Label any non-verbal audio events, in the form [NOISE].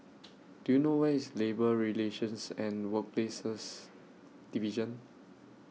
[NOISE] Do YOU know Where IS Labour Relations and Workplaces Division